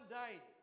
died